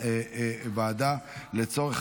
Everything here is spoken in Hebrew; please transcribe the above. להלן תוצאות